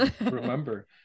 remember